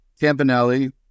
Campanelli